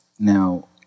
Now